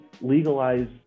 legalize